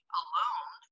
alone